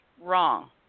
wrong